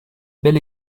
bel